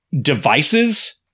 devices